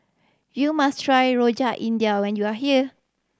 you must try Rojak India when you are here